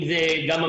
אם זה המטרו,